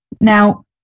Now